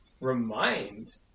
remind